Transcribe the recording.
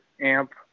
amp